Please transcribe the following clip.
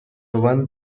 one